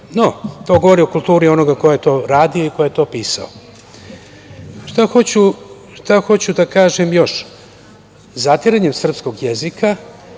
No, to govori o kulturi onoga ko je to radio i ko je to pisao. Šta hoću da kažem još? Zatiranje srpskog jezika